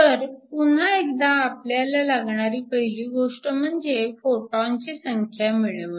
तर पुन्हा एकदा आपल्याला लागणारी पहिली गोष्ट म्हणजे फोटॉनची संख्या मिळवणे